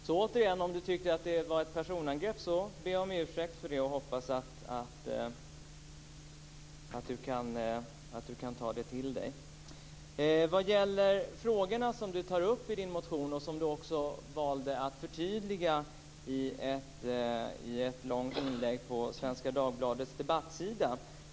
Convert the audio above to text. Så återigen: Om Tuve Skånberg tyckte att jag kom med ett personangrepp så ber jag om ursäkt för det och hoppas att han kan ta det till sig. Sedan gäller det frågorna som Tuve Skånberg tar upp i sin motion och som han också valde att förtydliga i ett långt inlägg på Svenska Dagbladets debattsida.